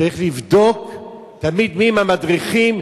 שצריך תמיד לבדוק מיהם המדריכים,